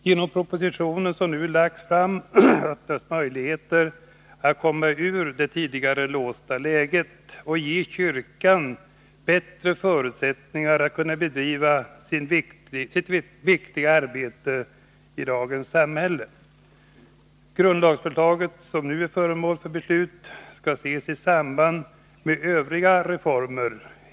Genom den proposition som nu lagts fram öppnas möjligheter att komma ur det tidigare låsta läget och ge kyrkan bättre förutsättningar att kunna bedriva sitt viktiga arbete i dagens samhälle. Grundlagsförslaget, som nu är föremål för beslut, skall ses i samband med övriga reformer.